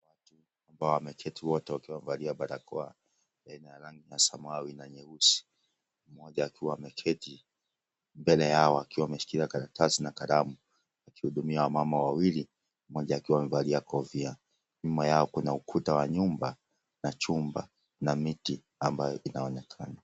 Watu ambao wameketi wote wakiwa wamevalia barakoa aina ya rangi ya samawi na nyeusi moja akiwa ameketi mbele yao akiwa ameshikilia karatasi na kalamu akihudumia wamama wawili moja akiwa amevalia kofia nyuma yao kuna ukuta wa nyumba na chumba na miti ambayo inaonekana.